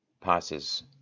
passes